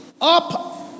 Up